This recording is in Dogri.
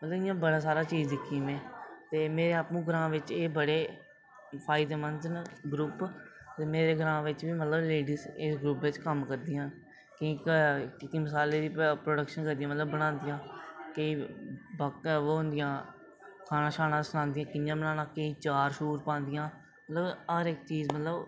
मतलब इंया बड़ा सारी चीज़ दिक्खी में ते में आपूं ग्रांऽ बिच बड़े एह् फायदेमंद न ग्रूप ते मेरे ग्रांऽ बिच बी लेडीज़ एह् इस ग्रूप बिच कम्म करदियां न के टिक्की मसाले दियां प्रोडक्शन बनांदियां न केईं ओह् होंदियां केईं गाना सनांदियां कि'यां बनाना केईं चार पांदियां मतलब हर इक्क चीज़ मतलब